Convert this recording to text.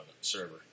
server